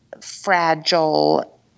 fragile